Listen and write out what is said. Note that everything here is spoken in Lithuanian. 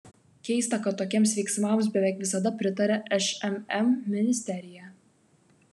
keista kad tokiems veiksmams beveik visada pritaria šmm ministerija